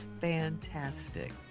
fantastic